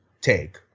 take